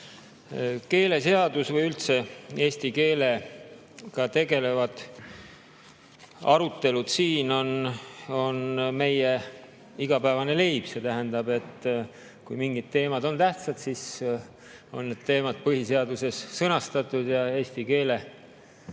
Keeleseadus ja üldse eesti keelega tegelevad arutelud siin on meie igapäevane leib. See tähendab, et kui mingid teemad on tähtsad, siis on need teemad põhiseaduses sõnastatud, ja eesti keele